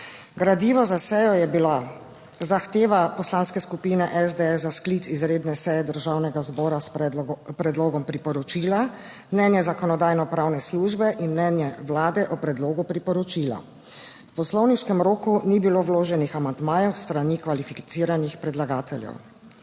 Gradivo za sejo je bila zahteva Poslanske skupine SDS za sklic izredne seje Državnega zbora s predlogom priporočila, mnenje Zakonodajno-pravne službe in mnenje Vlade o predlogu priporočila. V poslovniškem roku ni bilo vloženih amandmajev s strani kvalificiranih predlagateljev.